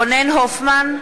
רונן הופמן,